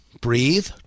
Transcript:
Breathe